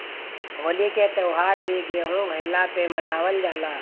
होली के त्यौहार भी गेंहू भईला पे मनावल जाला